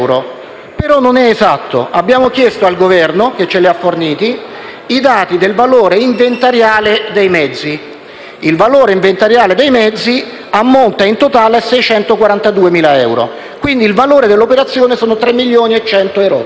però non è esatto. Abbiamo chiesto al Governo, che ce li ha forniti, i dati del valore inventariale dei mezzi. Il valore inventariale dei mezzi ammonta, in totale, a 642.000 euro. Quindi, il valore dell'operazione è pari a circa 3.100.000